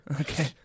okay